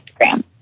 Instagram